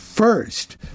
First